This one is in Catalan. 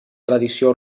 tradició